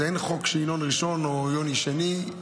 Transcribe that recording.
אין חוק שבו ינון ראשון או יוני שני.